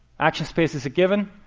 action space is a given.